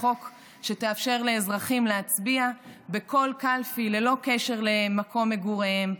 חוק שתאפשר לאזרחים להצביע בכל קלפי ללא קשר למקום מגוריהם,